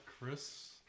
chris